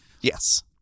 Yes